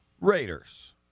Raiders